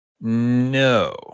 No